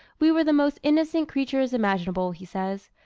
we were the most innocent creatures imaginable, he says.